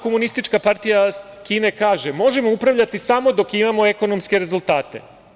Komunistička partija Kine kaže – možemo upravljati samo dok imamo ekonomske rezultate.